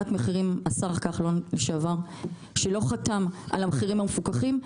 כשהשר לשעבר כחלון לא חתם על עליית מחירים של המחירים המפוקחים,